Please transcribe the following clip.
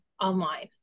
online